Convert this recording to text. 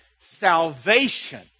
salvation